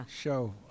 show